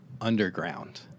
underground